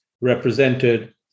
represented